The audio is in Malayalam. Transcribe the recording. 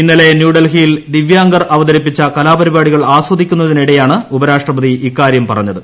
ഇന്നലെ ന്യൂഡൽഹിയിൽ ദിവ്യാംഗർ അവതരിപ്പിച്ച കലാപരിപാടികൾ ആസ്വദിക്കുന്നതിനിടെയാണ് ഉപരാഷ്ട്രപതി ഇക്കാര്യം പറഞ്ഞത്